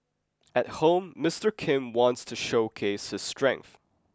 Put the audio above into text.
at home Mister Kim wants to showcase his strength